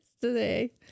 today